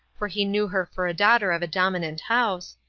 for he knew her for a daughter of a dominant house,